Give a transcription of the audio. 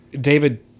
David